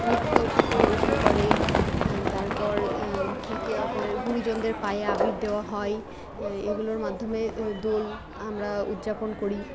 নৃত্য পরিবেশন করে হ্যাঁ তারপর একে অপরের গুরুজনদের পায়ে আবির দেওয়া হয় হ্যাঁ এগুলোর মাধ্যমে দোল আমরা উদযাপন করি